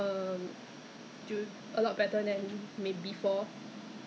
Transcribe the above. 就是不同的 level 的学生就 report at uh